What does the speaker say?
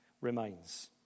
remains